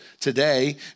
today